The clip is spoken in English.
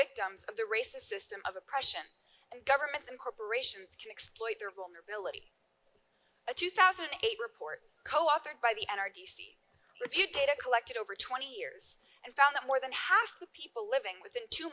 victims of the racist system of oppression and governments and corporations can exploit their vulnerability a two thousand and eight report coauthored by the n r d c if you data collected over twenty years and found that more than half the people living within two